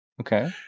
Okay